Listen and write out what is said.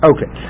Okay